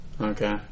Okay